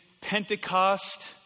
Pentecost